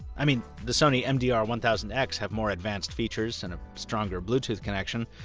i mean, the sony mdr one thousand x have more advanced features and a stronger bluetooth connection.